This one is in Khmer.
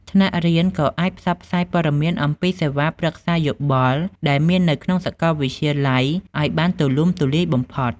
ថ្នាក់រៀនក៏អាចផ្សព្វផ្សាយព័ត៌មានអំពីសេវាប្រឹក្សាយោបល់ដែលមាននៅក្នុងសាកលវិទ្យាល័យឱ្យបានទូលំទូលាយបំផុត។